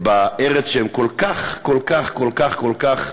בארץ שהם כל כך כל כך כל כך כל כך,